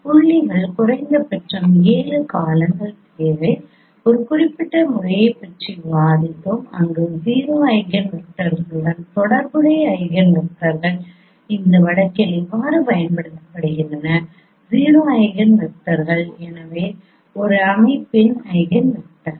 புள்ளிகள் குறைந்தபட்சம் 7 காலங்கள் தேவை ஒரு குறிப்பிட்ட முறையைப் பற்றி விவாதித்தோம் அங்கு 0 ஐகேன் வெக்டர்களுடன் தொடர்புடைய ஐகேன் வெக்டர்கள் இந்த வழக்கில் எவ்வாறு பயன்படுத்தப்படுகின்றன 0 ஐகேன் வெக்டர்கள் எனவே ஒரு அமைப்பின் ஐகேன் வெக்டர்கள்